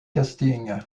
casting